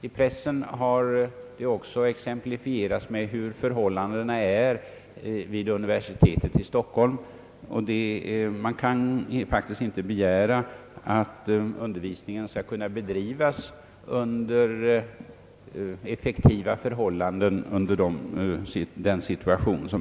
I pressen har också beskrivits hur förhållandena är vid universitetet i Stockholm. Man kan faktiskt inte begära, att undervisningen skall kunna bedrivas effektivt i en sådan situation.